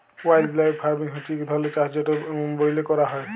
wildlife farming হছে ইক ধরলের চাষ যেট ব্যইলে ক্যরা হ্যয়